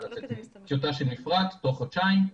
טיוטה של מפרט תוך חודשיים.